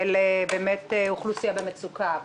הם אוכלוסייה במצוקה.